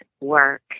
work